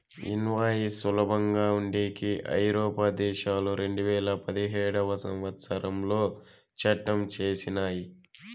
invoice సులభంగా ఉండేకి ఐరోపా దేశాలు రెండువేల పదిహేడవ సంవచ్చరంలో చట్టం చేసినయ్